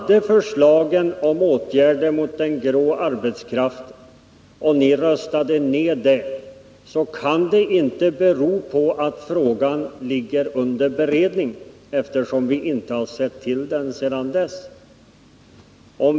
Då förslagen om åtgärder mot den grå arbetskraften lades fram och ni röstade ned dem, kunde det inte bero på att frågan bereds, eftersom vi inte har sett till den sedan dess.